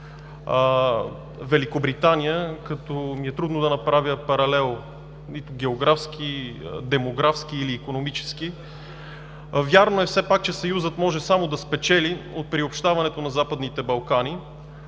Великобритания, като ми е трудно да направя географски, демографски или икономически паралел, вярно е все пак, че Съюзът може да спечели от приобщаването на Западните Балкани